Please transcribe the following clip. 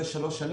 לזה.